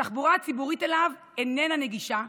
התחבורה הציבורית אליו איננה נגישה,